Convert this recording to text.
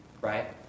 right